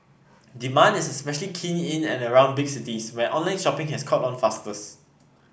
demand is especially keen in and around big cities where online shopping has caught on fastest